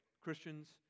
Christians